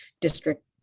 district